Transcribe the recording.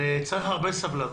וצריך הרבה סבלנות.